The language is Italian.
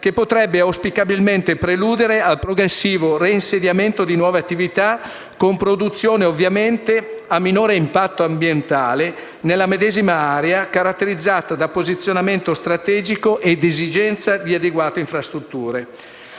che potrebbe auspicabilmente preludere al progressivo reinsediamento di nuove attività, ovviamente con produzioni a minore impatto ambientale nella medesima area, caratterizzata da posizionamento strategico ed esistenza di adeguate infrastrutture.